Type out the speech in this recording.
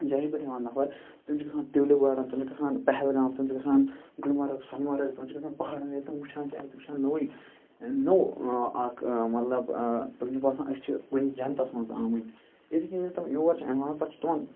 جایو پٮ۪ٹھ یِوان نَفَر تِم چھِ گژھان ٹیوٗلِپ گاڑَن تِم چھِ گژھان پہلگام تِم چھِ گژھان گُلمرگ سۄنمرگ تِم چھِ گَژھان پہاڑَن ییٚلہِ تِم وٕچھان چھِ اَتہِ وٕچھان نوُے نوٚو اَکھ مطلب تِم چھِ باسان أسۍ چھِ کُنہِ جَنتَس مَنٛز آمٕتۍ یِتھے کنۍ ییٚلہِ تِم یور چھِ یِوان پَتہٕ چھِ تِمَن